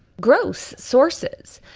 gross sources.